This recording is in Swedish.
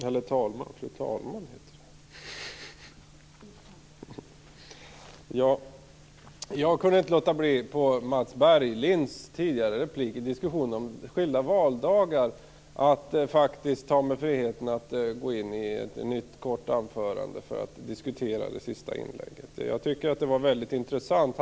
Fru talman! Jag kunde inte låta bli att begära ordet för ett nytt kort anförande med anledning av Mats Berglinds tidigare replik i diskussionen om skilda valdagar. Jag tycker att hans inlägg var väldigt intressant.